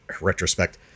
retrospect